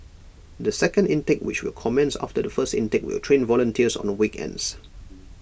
the second intake which will commence after the first intake will train volunteers on weekends